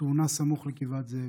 בתאונה סמוך לגבעת זאב.